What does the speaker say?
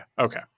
okay